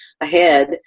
ahead